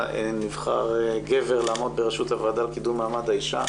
נבחר גבר לעמוד בראשות הוועדה לקידום מעמד האישה.